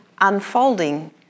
unfolding